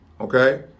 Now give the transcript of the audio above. okay